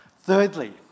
Thirdly